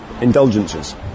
indulgences